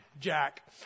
Jack